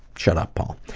shut up, paul.